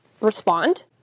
respond